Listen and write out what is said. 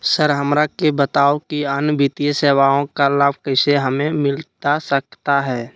Sir हमरा के बताओ कि अन्य वित्तीय सेवाओं का लाभ कैसे हमें मिलता सकता है?